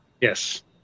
Yes